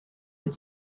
eile